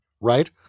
right